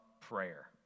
prayer